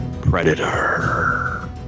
Predator